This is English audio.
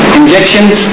injections